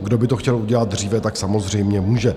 Kdo by to chtěl udělat dříve, samozřejmě může.